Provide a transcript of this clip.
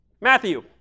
Matthew